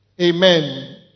Amen